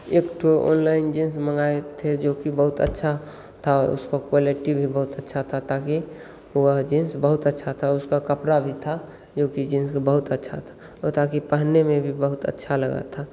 एक ठो online jeans मँगाए थे जो कि बहुत अच्छा था उसकी क्वालिटी भी बहुत अच्छी थी ताकि वह जींस बहुत अच्छा था उसका कपड़ा भी था जो कि जीन्स का बहुत अच्छा था वह था कि पहनने में भी बहुत अच्छा लगा था